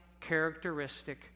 characteristic